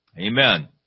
Amen